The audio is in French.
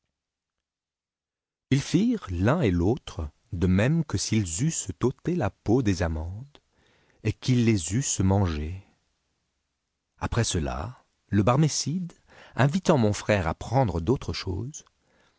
l'un et l'autre de même que s'ils eussent ôté la peau des amandes et qu'ils les eussent mangées après cela le barmécide invitant mon frère à prendre d'autres choses